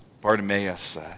Bartimaeus